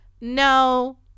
no